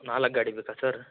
ನಾಲ್ಕು ಗಾಡಿ ಬೇಕಾ ಸರ್